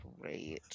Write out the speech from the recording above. great